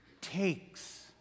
Takes